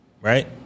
right